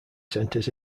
centers